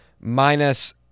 minus